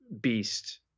beast